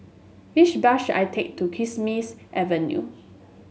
which bus should I take to Kismis Avenue